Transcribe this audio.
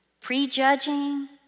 prejudging